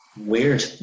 Weird